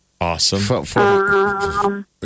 Awesome